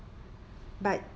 but